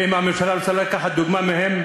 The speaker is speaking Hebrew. ואם הממשלה רוצה לקחת דוגמה מהם,